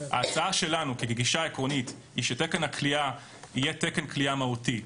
ההצעה שלנו כדרישה עקרונית היא שתקן הכליאה יהיה תקן כליאה מהותי,